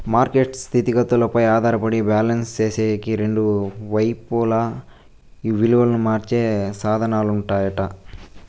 market స్థితిగతులపైనే ఆధారపడి balance సేసేకి రెండు వైపులా ఇలువను మార్చే సాధనాలుంటాయట